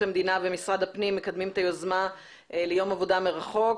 המדינה ומשרד הפנים מקדמים את היוזמה ליום עבודה מרחוק,